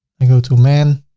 i go to a man